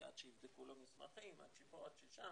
כי עד שיבדקו לו מסמכים, עד שפה, עד ששם,